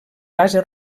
base